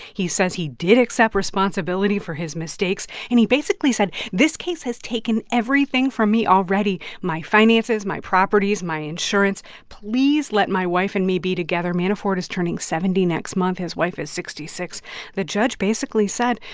he says he did accept responsibility for his mistakes. and he basically said, this case has taken everything from me already my finances, my properties, my insurance please let my wife and me be together. manafort is turning seventy next month his wife is sixty six point the judge basically said,